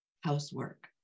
housework